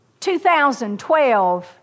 2012